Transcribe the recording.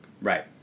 Right